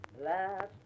Last